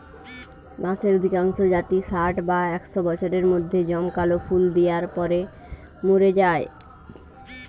বাঁশের অধিকাংশ জাতই ষাট বা একশ বছরের মধ্যে জমকালো ফুল দিয়ার পর মোরে যায়